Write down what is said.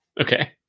Okay